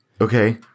Okay